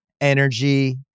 energy